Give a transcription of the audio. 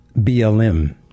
BLM